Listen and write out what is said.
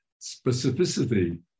specificity